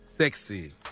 sexy